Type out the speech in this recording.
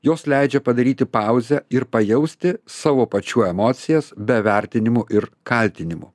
jos leidžia padaryti pauzę ir pajausti savo pačių emocijas be vertinimų ir kaltinimų